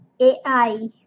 ai